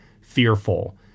fearful